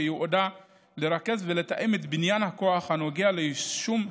שייעודה לרכז ולתאם את בניין הכוח הנוגע ליישום התוכנית.